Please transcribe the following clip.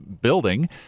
building